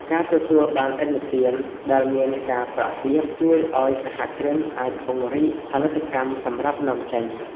ការទទួលបានឥណទានដែលមានការប្រាក់ទាប ជួយឱ្យសហគ្រិនអាចពង្រីកផលិតកម្មសម្រាប់នាំចេញ។